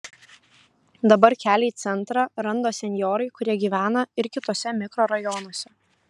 dabar kelią į centrą randa senjorai kurie gyvena ir kituose mikrorajonuose